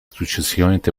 successivamente